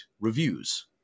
reviews